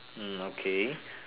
hmm okay